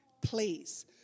please